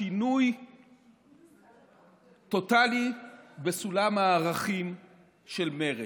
שינוי טוטלי בסולם הערכים של מרצ.